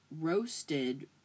roasted